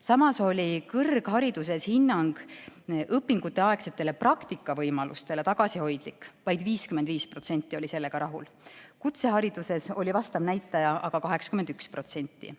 Samas oli kõrghariduses hinnang õpinguteaegsetele praktikavõimalustele tagasihoidlik, vaid 55% oli sellega rahul. Kutsehariduses oli vastav näitaja aga 81%.